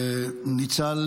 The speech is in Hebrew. ניצל